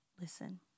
Listen